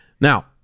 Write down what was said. now